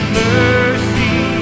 mercy